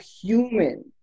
human